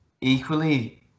Equally